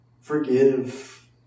Forgive